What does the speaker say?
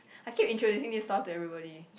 I keep introducing this sauce to everybody